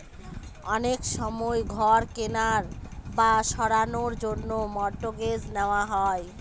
অনেক সময় ঘর কেনার বা সারানোর জন্য মর্টগেজ নেওয়া হয়